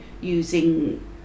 using